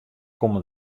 komme